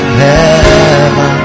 heaven